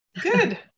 Good